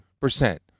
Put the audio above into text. percent